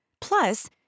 Plus